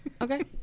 Okay